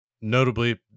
notably